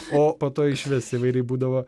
o po to išvis įvairiai būdavo